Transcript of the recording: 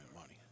money